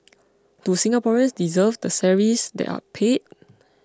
do Singaporeans deserve the salaries they are paid